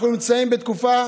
אנחנו נמצאים בתקופה